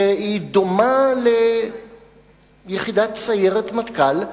שדומה ליחידת סיירת מטכ"ל,